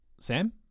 Sam